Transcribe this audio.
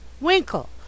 Winkle